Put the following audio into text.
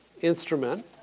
instrument